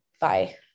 bye